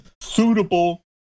suitable